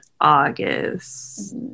August